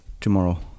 tomorrow